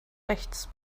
rechts